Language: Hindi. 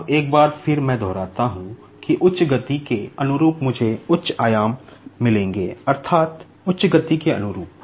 अब एक बार फिर मैं दोहराता हूं कि उच्च गति के अनुरूप मुझे उच्च आयाम मिलेंगे अर्थात उच्च गति के अनुरूप